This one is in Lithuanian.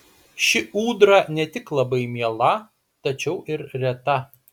ši ūdra ne tik labai miela tačiau ir reta